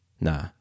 Nah